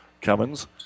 Cummins